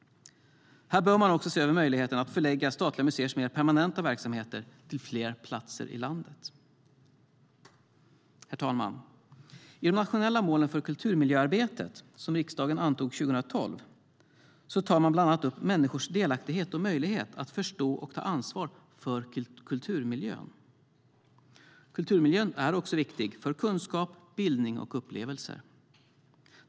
Man bör också se över möjligheten att förlägga statliga museers mer permanenta verksamheter till fler platser i landet. Herr talman! I de nationella målen för kulturmiljöarbetet, som riksdagen antog 2012, tar man bland annat upp människors delaktighet och möjlighet att förstå och ta ansvar för kulturmiljön. Kulturmiljön är också viktig för kunskap, bildning och upplevelser.